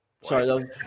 Sorry